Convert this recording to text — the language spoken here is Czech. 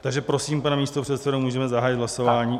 Takže prosím, pane místopředsedo, můžeme zahájit hlasování.